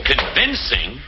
Convincing